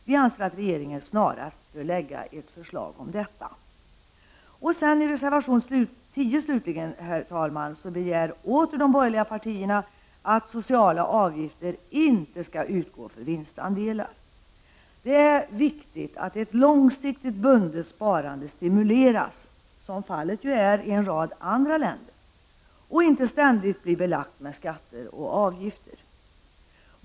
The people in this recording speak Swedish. Vi anser att regeringen snarast bör lägga fram ett förslag om detta. Herr talman! I reservation 10 slutligen begär åter de borgerliga partierna att sociala avgifter inte skall utgå för vinstandelar. Det är viktigt att ett långsiktigt bundet sparande stimuleras — som fallet är i en rad andra länder — och inte ständigt blir belagt med skatter och avgifter.